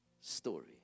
story